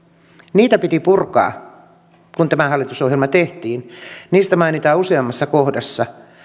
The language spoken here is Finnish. niitä piti purkaa kun tämä hallitusohjelma tehtiin niistä mainitaan useammassa kohdassa